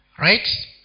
Right